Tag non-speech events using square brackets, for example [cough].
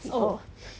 before [laughs]